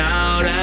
out